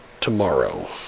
tomorrow